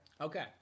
Okay